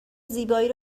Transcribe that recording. زیبایی